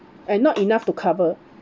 and not enough to cover